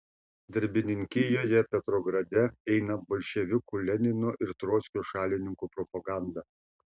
darbininkijoje petrograde eina bolševikų lenino ir trockio šalininkų propaganda